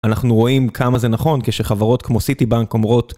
אנחנו רואים כמה זה נכון כשחברות כמו סיטי בנק אומרות